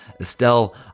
Estelle